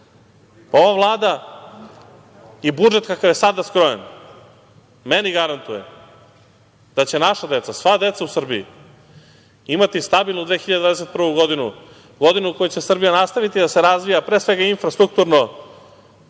Vlada i budžet kakav je sada skrojen meni garantuje da će naša deca, sva deca u Srbiji imati stabilnu 2021. godinu, godinu u kojoj će Srbija nastaviti da se razvija pre svega infrastrukturno,